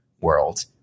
world